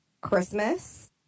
Christmas